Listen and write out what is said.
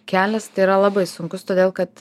kelias tai yra labai sunkus todėl kad